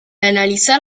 analizar